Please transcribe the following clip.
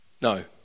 No